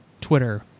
twitter